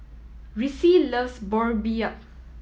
Ricci loves Boribap